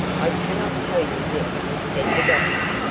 i cannot tell you yet, said the doctor.